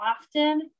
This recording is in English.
often